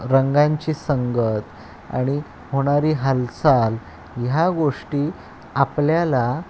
रंगांची संगत आणि होणारी हालचाल ह्या गोष्टी आपल्याला